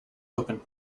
open